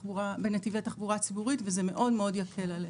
בנתיבי תחבורה ציבורית וזה מאוד מאוד יקל עליהם.